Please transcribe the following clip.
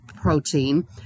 protein